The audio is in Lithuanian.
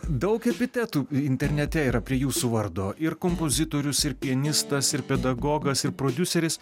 daug epitetų internete yra prie jūsų vardo ir kompozitorius ir pianistas ir pedagogas ir prodiuseris